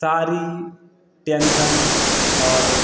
सारी टेन्सन और